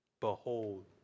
Behold